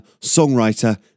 songwriter